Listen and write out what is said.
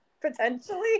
potentially